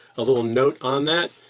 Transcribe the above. a little note on that,